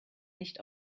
nicht